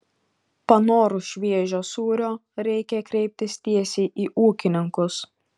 panorus šviežio sūrio reikia kreiptis tiesiai į ūkininkus